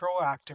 proactive